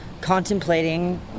contemplating